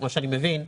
כמו שאני מבין,